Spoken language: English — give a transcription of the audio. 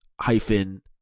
hyphen